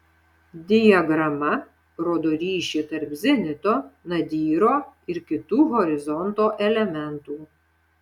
diagrama rodo ryšį tarp zenito nadyro ir kitų horizonto elementų